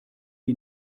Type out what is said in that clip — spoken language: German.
wie